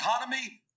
economy